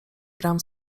bram